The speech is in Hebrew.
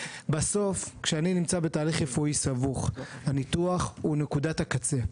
בסוף כשאני נמצא בתהליך רפואי סבוך הניתוח הוא נקודת הקצה.